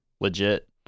Legit